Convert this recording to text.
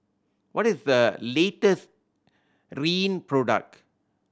what is the latest Rene product